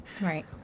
Right